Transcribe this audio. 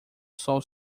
sol